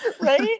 right